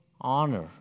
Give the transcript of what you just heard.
honor